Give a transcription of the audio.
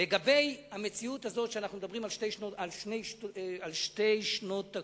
לגבי המציאות הזאת שאנחנו מדברים על שתי שנות תקציב,